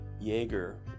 Jaeger